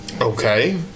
okay